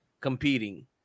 competing